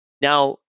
Now